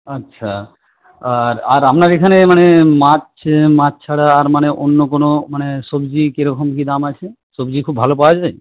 আচ্ছা আর আর আপনার এখানে মানে মাছ মাছ ছাড়া আর মানে অন্য কোনো মানে সবজি কিরকম কী দাম আছে সবজি খুব ভালো পাওয়া যায়